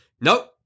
Nope